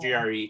GRE